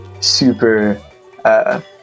super